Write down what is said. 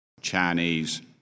Chinese